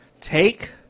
Take